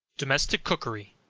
domestic cookery,